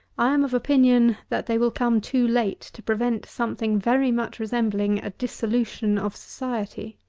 i am of opinion, that they will come too late to prevent something very much resembling a dissolution of society.